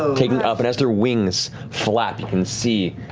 taking up and as their wings flap, you can see